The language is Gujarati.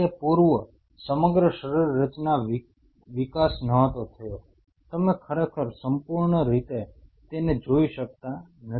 તે પૂર્વે સમગ્ર શરીરરચના વિકાસ નહતો થયો તમે ખરેખર સંપૂર્ણ રીતે તેને જોઈ શકતા નથી